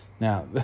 Now